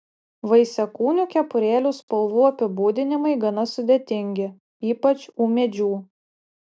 vaisiakūnių kepurėlių spalvų apibūdinimai gana sudėtingi ypač ūmėdžių